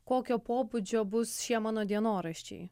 kokio pobūdžio bus šie mano dienoraščiai